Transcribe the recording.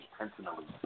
intentionally